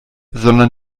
sondern